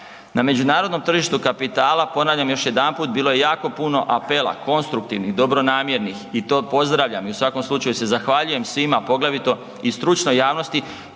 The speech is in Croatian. Na međunarodnom tržištu kapitala ponavljam još jedanput bilo je jako puno apela, konstruktivnih, dobronamjernih i to pozdravljam i u svakom slučaju se zahvaljujem svima poglavito i stručnoj javnosti